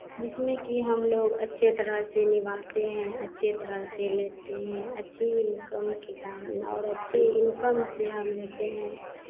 जिसमें कि हम लोग अच्छे तरह से निभाते हैं अच्छे तरह से लेते हैं अच्छी इनकम के कारण और अच्छे इनकम से हम लेते हैं